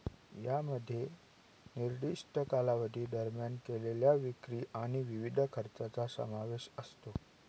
यामध्ये निर्दिष्ट कालावधी दरम्यान केलेल्या विक्री आणि विविध खर्चांचा समावेश असतो